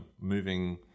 moving